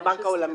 העולמי.